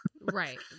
right